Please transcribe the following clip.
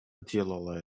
делала